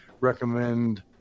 recommend